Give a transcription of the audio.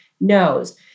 knows